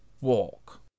walk